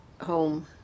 home